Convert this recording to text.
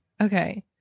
okay